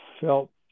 felt